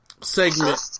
segment